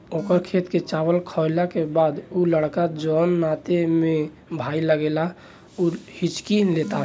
ओकर खेत के चावल खैला के बाद उ लड़का जोन नाते में भाई लागेला हिच्की लेता